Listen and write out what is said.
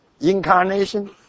incarnation